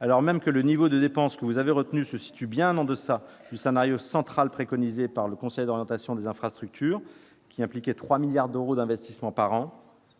Alors même que le niveau de dépenses que vous avez retenu se situe bien en deçà du scénario central préconisé par le Conseil d'orientation des infrastructures, lequel impliquait 3 milliards d'euros d'investissement par an,